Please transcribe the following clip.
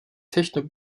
techno